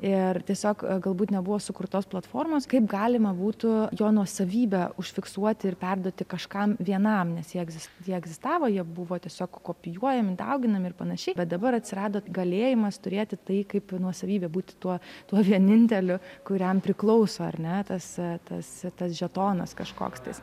ir tiesiog galbūt nebuvo sukurtos platformos kaip galima būtų jo nuosavybę užfiksuoti ir perduoti kažkam vienam nes jie egzis jie egzistavo jie buvo tiesiog kopijuojami dauginami ir panašiai bet dabar atsirado galėjimas turėti tai kaip nuosavybė būti tuo tuo vieninteliu kuriam priklauso ar ne tas tas tas žetonas kažkoks tas